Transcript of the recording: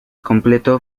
completo